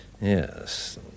Yes